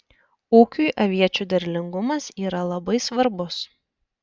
ūkiui aviečių derlingumas yra labai svarbus